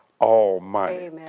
Almighty